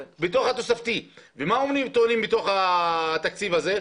ומה טוענים שיש בתקציב הזה?